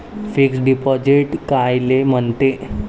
Fix deposit कायले म्हनते?